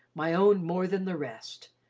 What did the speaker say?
my own more than the rest.